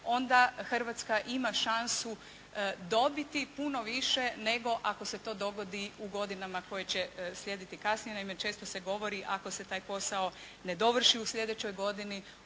Onda Hrvatska ima šansu dobiti puno više nego ako se to dogodi u godinama koje će slijediti kasnije. Naime, često se govori ako se taj posao ne dovrši u slijedećoj godini